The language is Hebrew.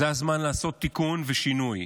זה הזמן לעשות תיקון ושינוי.